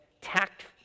tact